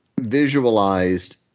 visualized